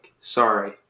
Sorry